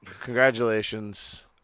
congratulations